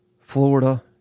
Florida